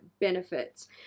benefits